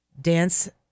dance